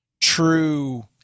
true